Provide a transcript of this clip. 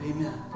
Amen